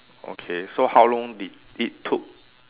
okay so how long did it took